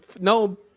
no